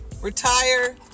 retire